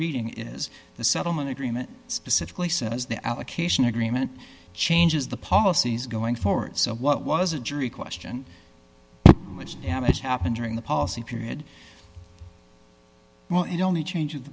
reading is the settlement agreement specifically says the allocation agreement changes the policies going forward so what was a jury question was am it happened during the policy period well it only changes